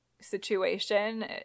situation